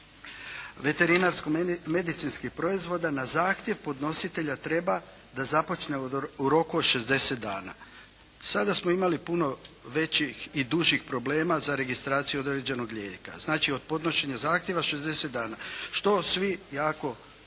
veterinarsko-medicinskih proizvoda na zahtjev podnositelja treba da započne u roku od 60 dana. Sada smo imali puno većih i dužih problema za registraciju određenog lijeka. Znači od podnošenja zahtjeva 60 dana, što svi jako